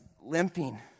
limping